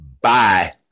Bye